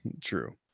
True